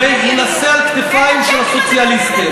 אדוני השר, אתה השר, אנחנו רק אופוזיציה.